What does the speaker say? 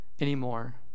anymore